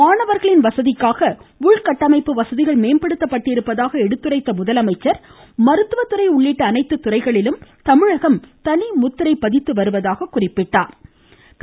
மாணவர்களின் விவசாயிகள் உள்கட்டமைப்பு மேம்படுத்தப்பட்டிருப்பதாக எடுத்துரைத்த அவர் மருத்துவ துறை உள்ளிட்ட அனைத்து துறைகளிலும் தமிழகம் தனிமுத்திரை பதித்து வருவதாக தெரிவித்தார்